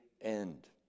end